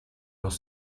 doch